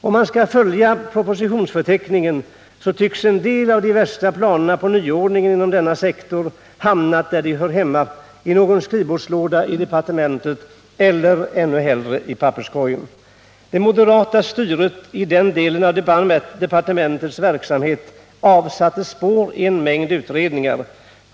Om man skall följa propositionsförteckningen så tycks en del av de värsta planerna på nyordning inom denna sektor ha hamnat där de hör hemma — i någon skrivbordslåda på departementen, eller ännu hellre i papperskorgen. Det moderata styret i den delen av departementets verksamhet avsatte spår i en mängd utredningar.